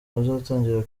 bazatangira